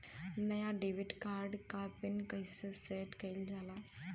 नया debit card क pin कईसे सेट कईल जाला?